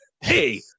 Hey